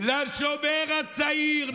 לשומר הצעיר,